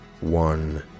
one